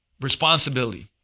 Responsibility